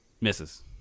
misses